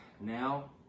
Now